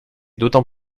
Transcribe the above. d’autant